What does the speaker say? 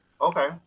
Okay